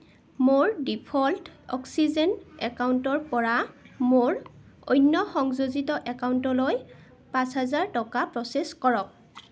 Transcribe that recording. মোৰ default oxygen একাউণ্টৰ পৰা মোৰ অন্য সংযোজিত একাউণ্টলৈ পাঁচ হেজাৰ টকা প্ৰচেছ কৰক